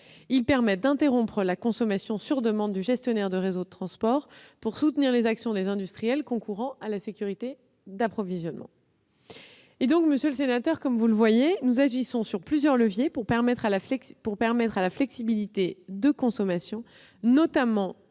Il permet d'interrompre la consommation sur demande du gestionnaire de réseau de transport pour soutenir les actions des industriels concourant à la sécurité d'approvisionnement. Ainsi, monsieur le sénateur, vous pouvez constater que nous agissons sur plusieurs leviers pour permettre à la flexibilité de consommation, notamment